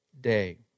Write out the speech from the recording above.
day